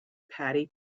patti